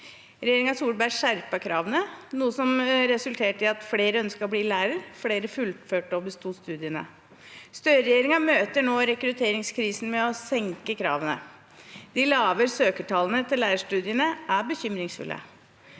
regjeringen skjerpet kravene, noe som resulterte i at flere ønsket å bli lærer, og flere fullførte og besto studiene. Støre-regjeringen møter nå rekrutteringskrisen med å senke kravene. De lave søkertallene til lærerstudiene er bekymringsfulle.